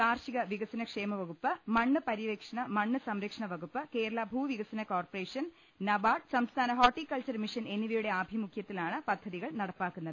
കാർഷിക വികസന ക്ഷേമവകുപ്പ് മണ്ണ് പര്യവേക്ഷണ മണ്ണ് സംരക്ഷണ വകുപ്പ് കേരള ഭൂവികസന കോർപ്പറേഷൻ നബാർഡ് സംസ്ഥാന ഹോർട്ടികൾച്ചർ മിഷൻ എന്നിവയുടെ ആഭിമുഖ്യത്തി ലാണ് പദ്ധതികൾ നടപ്പാക്കുന്നത്